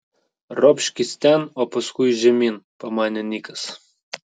ropškis ten o paskui žemyn pamanė nikas